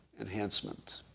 enhancement